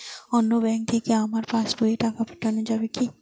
অন্য ব্যাঙ্ক থেকে আমার পাশবইয়ে টাকা পাঠানো যাবে কি?